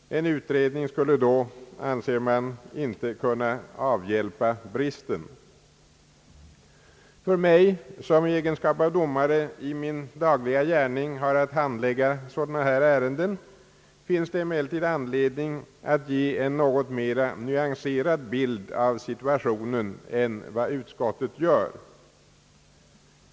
En utredning skulle då, anser man, inte kunna avhjälpa bristen. För mig som i egenskap av domare i min dagliga gärning har att handlägga sådana här ärenden finns det emellertid anledning att ge en något mera nyanserad bild av situationen än vad utskottet gör.